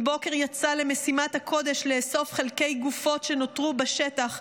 עם בוקר יצא למשימת הקודש לאסוף חלקי גופות שנותרו בשטח,